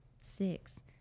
six